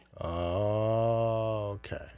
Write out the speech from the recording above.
Okay